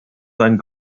sein